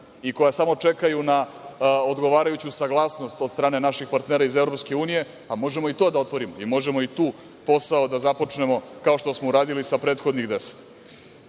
i koja samo čekaju na odgovarajuću saglasnost od strane naših partnera iz EU, a možemo i to da otvorimo i možemo i tu posao da započnemo, kao što smo uradili sa prethodnih